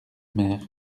mer